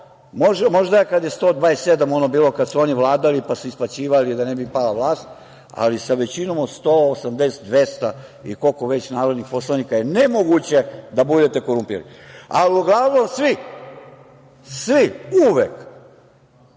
možda kada je onda bilo 127, kad su oni vladali, pa se isplaćivali da ne bi pala vlast, ali sa većinom od 180, 200, ili koliko je već narodnih poslanika, je nemoguće da budete korumpirani. Uglavnom svi, svi, uvek,